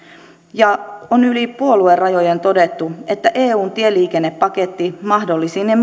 ja on yli puoluerajojen todettu että eun tieliikennepaketti mahdollisine